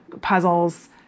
puzzles